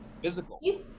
Physical